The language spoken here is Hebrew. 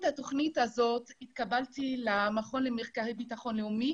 התוכנית הזאת התקבלתי למכון למחקר לביטחון לאומי